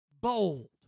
bold